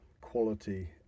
quality